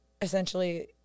essentially